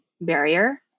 barrier